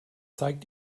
zeigt